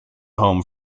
home